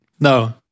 No